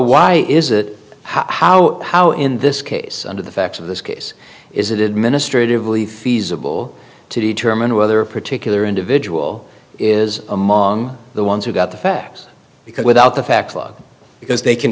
why is it how how in this case under the facts of this case is it administratively feasible to determine whether a particular individual is among the ones who got the facts because without the facts because they can